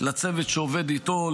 לצוות שעובד איתו,